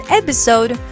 episode